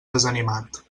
desanimat